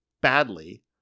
badly